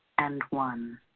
and one.